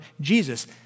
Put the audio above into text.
Jesus